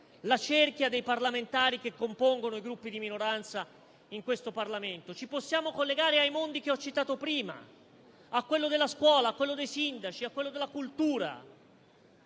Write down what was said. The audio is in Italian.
la cerchia dei parlamentari che compongono i Gruppi di minoranza in questo Parlamento. Ci possiamo collegare ai mondi che ho citato prima, quello della scuola, quello dei sindaci, quello della cultura,